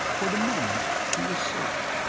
for the moment he was safe.